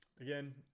Again